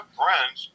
friends